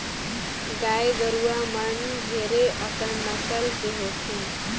गाय गरुवा मन ढेरे अकन नसल के होथे